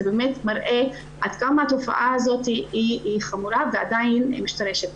זה מראה עד כמה התופעה הזאת חמורה ועדיין משתרשת.